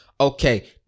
okay